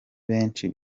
benshi